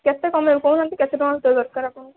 କେତେ କମାଇବି କହୁ ନାହାନ୍ତି କେତେ ଟଙ୍କା ଭିତରେ ଦରକାର ଆପଣଙ୍କୁ